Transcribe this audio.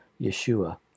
Yeshua